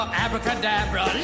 Abracadabra